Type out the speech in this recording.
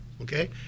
okay